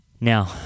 Now